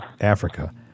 Africa